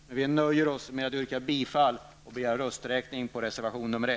Men vi nöjer oss med att yrka bifall till reservation 1, för vilken rösträkning begärs.